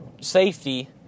safety